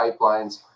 pipelines